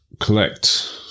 collect